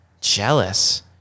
jealous